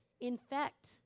infect